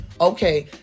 okay